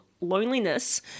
loneliness